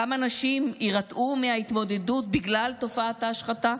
כמה נשים יירתעו מההתמודדות בגלל תופעת ההשחתה?